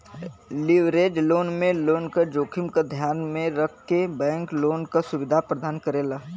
leverage loan में loan क जोखिम क ध्यान में रखके बैंक लोन क सुविधा प्रदान करेला